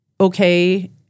okay